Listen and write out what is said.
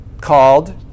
called